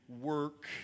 work